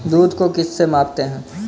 दूध को किस से मापते हैं?